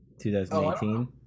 2018